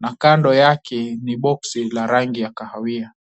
na kando yake ni boksi la rangi ya kahawia.